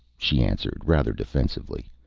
she answered, rather defensively.